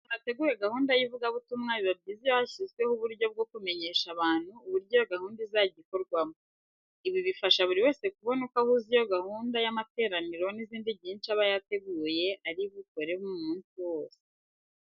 Mu gihe hateguwe gahunda y'ivugabutumwa biba byiza iyo hashyizweho uburyo bwo kumenyesha abantu uburyo iyo gahunda izajya ikorwamo. Ibi bifasha buri wese kubona uko ahuza iyo gahunda y'amateraniro n'izindi nyinshi aba yateguye ari bukora mu munsi wose.